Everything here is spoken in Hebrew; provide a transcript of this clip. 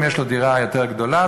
אם יש לו דירה יותר גדולה,